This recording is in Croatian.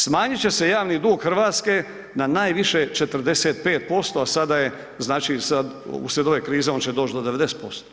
Smanjit će se javni dug Hrvatske na najviše 45%, a sada je znači, sad, uslijed ove krize, on će doći do 90%